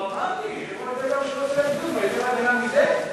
נו, אמרתי, מה, יותר הגנה מזה?